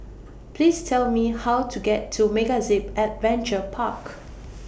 Please Tell Me How to get to MegaZip Adventure Park